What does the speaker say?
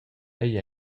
egl